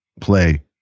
play